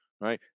right